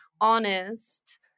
honest